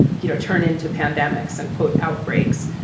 you know, turn into pandemics and quote, outbreaks.